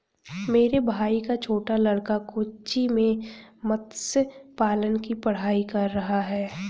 मेरे भाई का छोटा लड़का कोच्चि में मत्स्य पालन की पढ़ाई कर रहा है